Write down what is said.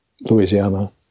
louisiana